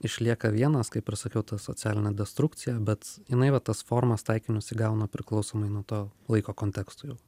išlieka vienas kaip ir sakiau ta socialinė destrukcija bet jinai va tas formas taikinius įgauna priklausomai nuo to laiko konteksto jau